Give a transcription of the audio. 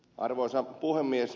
arvoisa puhemies